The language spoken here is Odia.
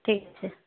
ଠିକ୍ ଅଛି